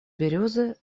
березы